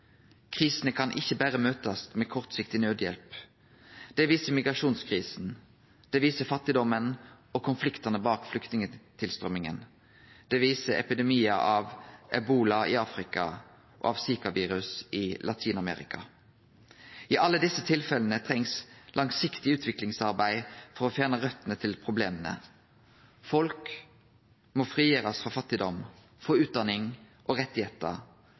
Krisene kan ikkje møtast med berre kortsiktig nødhjelp. Det viser migrasjonskrisa. Det viser fattigdommen og konfliktane bak flyktningstraumen. Det viser epidemiar av ebola i Afrika og av zikavirus i Latin-Amerika. I alle desse tilfella trengst langsiktig utviklingsarbeid for å fjerne røtene til problema. Folk må frigjerast frå fattigdom, få utdanning og